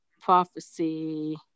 prophecy